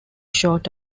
short